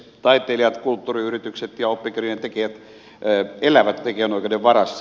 taiteilijat kulttuuriyritykset ja oppikirjojen tekijät elävät tekijänoikeuden varassa